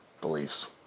beliefs